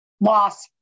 Loss